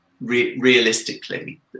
realistically